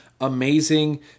amazing